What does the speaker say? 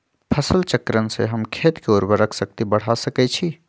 फसल चक्रण से हम खेत के उर्वरक शक्ति बढ़ा सकैछि?